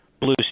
blue